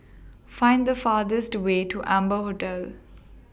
Find The fastest Way to Amber Hotel